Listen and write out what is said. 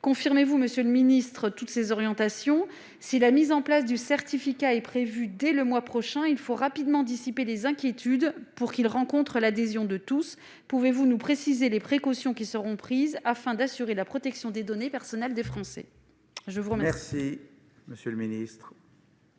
confirmez-vous toutes ces orientations ? Si la mise en place du certificat est prévue dès le mois prochain, il faut rapidement dissiper les inquiétudes pour qu'il rencontre l'adhésion de tous. Pouvez-vous nous préciser les précautions qui seront prises afin d'assurer la protection des données personnelles des Français ? La parole